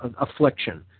affliction